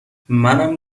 منم